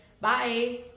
Bye